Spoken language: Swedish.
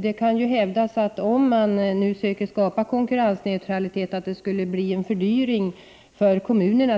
Det kan hävdas, att om man söker skapa konkurrensneutralitet, kan det bli en fördyring för t.ex. kommunerna.